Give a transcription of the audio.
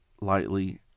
lightly